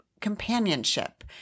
companionship